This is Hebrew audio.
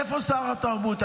איפה שר התרבות?